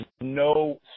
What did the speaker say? no